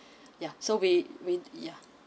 ya so we we ya